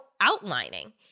outlining